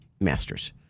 Masters